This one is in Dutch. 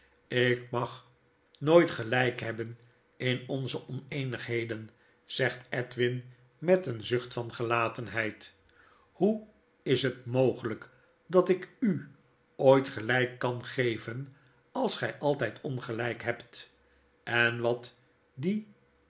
jk mag nooit gelijk hebben in onze on eenigheden zegt edwin met en zucht van gelatenheid hoe is het mogelyk dat ik u ooit gelyk kan geven als gij altyd ongelykhebtpenwat dien belzoni aangaat die